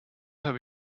habe